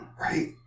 Right